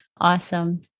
Awesome